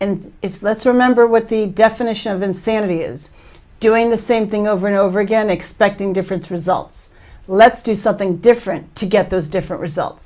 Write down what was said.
and if let's remember what the definition insanity of sanity is doing the same thing over and over again expecting different results let's do something different to get those different results